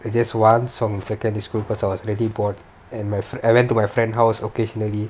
just one song in secondary school because I was really bored and my friend I went to our friend house occasionally